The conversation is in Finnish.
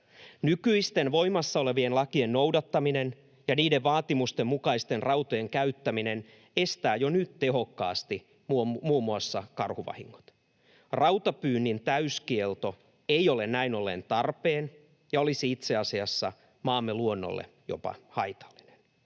Nykyisten, voimassa olevien lakien noudattaminen ja niiden vaatimusten mukaisten rautojen käyttäminen estävät jo nyt tehokkaasti muun muassa karhuvahingot. Rautapyynnin täyskielto ei ole näin ollen tarpeen ja olisi itse asiassa maamme luonnolle jopa haitallinen.